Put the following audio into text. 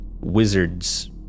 wizard's